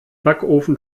backofen